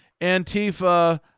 Antifa